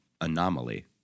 anomaly